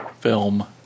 film